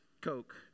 Coke